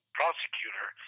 prosecutor